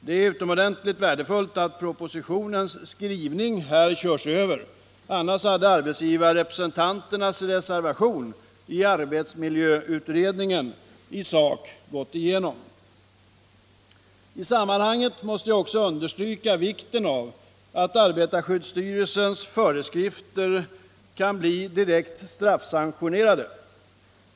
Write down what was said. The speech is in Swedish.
Det är utomordentligt värdefullt att propositionens skrivning här körs över; annars hade arbetsgivarrepresentanternas reservation i arbetsmiljöutredningen i sak gått igenom. I sammanhanget måste jag också understryka vikten av att arbetarskyddsstyrelsens föreskrifter kan bli direkt straffsanktionerade.